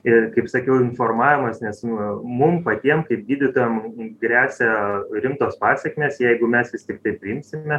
ir kaip sakiau informavimas nes nu mum patiem kaip gydytojam gresia rimtos pasekmės jeigu mes vis tiktai priimsime